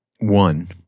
one